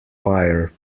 fire